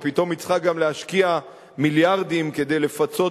ופתאום צריכה גם להשקיע מיליארדים כדי לפצות